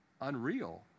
unreal